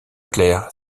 claire